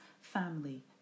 family